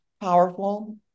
powerful